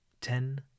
Ten